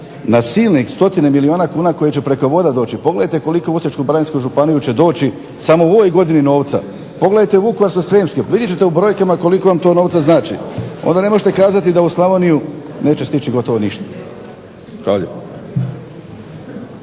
na silnih stotine milijuna kuna koji će preko voda doći, pogledajte koliko u Osječko-baranjsku županiju će doći samo u ovoj godini novca, pogledajte Vukovarsko-Srijemske vidjet ćete u brojkama koliko vam to novca znači, onda ne možete kazati da u Slavoniju neće stići ništa. Hvala